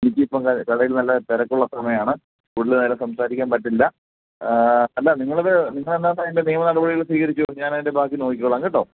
എനിക്കിപ്പം കടയിൽ കടയിൽ നല്ല തിരക്കുള്ള സമയമാണ് കൂടുതൽ നേരം സംസാരിക്കാൻ പറ്റില്ല അല്ല നിങ്ങളിത് നിങ്ങളെന്നാ അതിൻ്റെ നിയമനടപടികൾ സ്വീകരിച്ചോ ഞാൻ അതിൻ്റെ ബാക്കി നോക്കിക്കോളാം കേട്ടോ